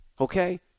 okay